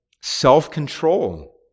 self-control